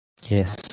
Yes